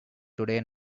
today